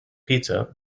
pizza